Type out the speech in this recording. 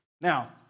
Now